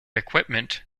equipment